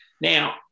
Now